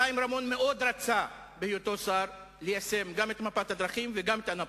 חיים רמון מאוד רצה בהיותו שר ליישם גם את מפת הדרכים וגם את אנאפוליס.